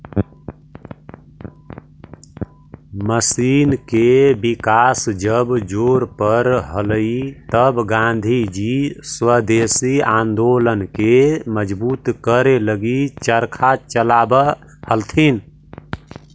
machine के विकास जब जोर पर हलई तब गाँधीजी स्वदेशी आंदोलन के मजबूत करे लगी चरखा चलावऽ हलथिन